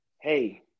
hey